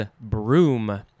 broom